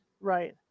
right